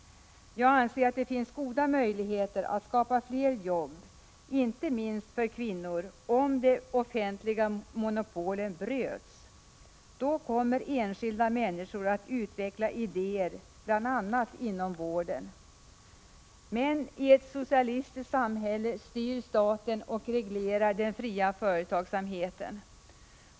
Jag anser att det finns goda möjligheter att skapa fler jobb, inte minst för kvinnor, om de offentliga monopolen bryts. Då kommer enskilda människor att utveckla idéer, bl.a. inom vården. Men i ett socialistiskt samhälle styr och reglerar staten den fria företagsamheten.